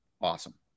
Awesome